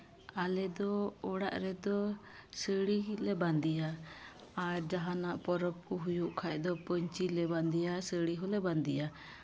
ᱟᱞᱮᱫᱚ ᱚᱲᱟᱜ ᱨᱮᱫᱚ ᱥᱟᱹᱲᱤᱞᱮ ᱵᱟᱸᱫᱮᱭᱟ ᱟᱨ ᱡᱟᱦᱟᱱᱟᱜ ᱯᱚᱨᱚᱵᱽ ᱠᱚ ᱦᱩᱭᱩᱜ ᱠᱷᱟᱱ ᱫᱚ ᱯᱟᱹᱧᱪᱤ ᱞᱮ ᱵᱟᱸᱫᱮᱭᱟ ᱥᱟᱹᱲᱤ ᱦᱚᱸᱞᱮ ᱵᱟᱸᱫᱮᱭᱟ